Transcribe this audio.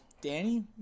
Danny